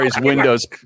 windows